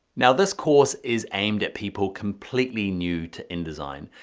now this course is aimed at people completely new to indesign.